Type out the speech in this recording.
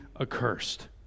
accursed